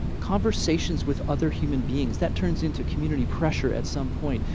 conversations with other human beings. that turns into community pressure at some point.